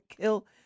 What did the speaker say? kill